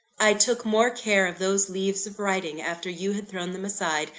i took more care of those leaves of writing, after you had thrown them aside,